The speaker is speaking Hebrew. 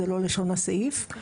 זה לא לשון הסעיף.